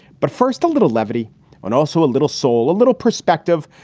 but first, a little levity and also a little soul, a little perspective,